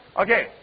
Okay